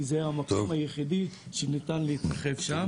כי זה המקום היחידי שניתן להתרחב שם.